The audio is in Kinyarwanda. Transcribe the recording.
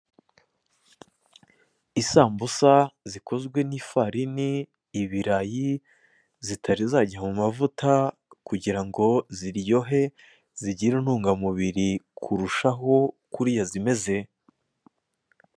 Isambusa zikozwe n'ifarini, ibirayi zitari zajya mumavuta kugira ngo ziryohe, zigire intungamubiri kurushaho kuriya zimeze.